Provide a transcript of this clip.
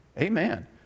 Amen